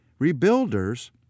Rebuilders